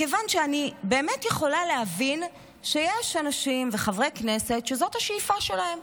אני באמת יכולה להבין שיש אנשים וחברי כנסת שזאת השאיפה שלהם,